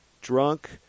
drunk